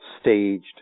staged